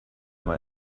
mal